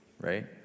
right